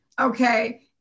Okay